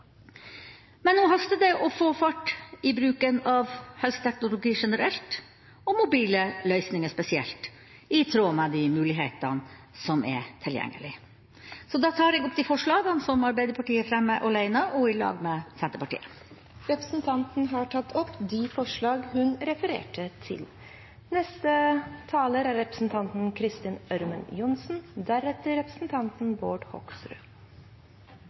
Nå haster det med å få fart på bruken av helseteknologi generelt og mobile løsninger spesielt, i tråd med de mulighetene som er tilgjengelig. Da tar jeg opp de forslagene som Arbeiderpartiet fremmer alene og sammen med Senterpartiet. Representanten Tove Karoline Knutsen har tatt opp de forslagene hun refererte til.